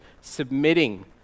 submitting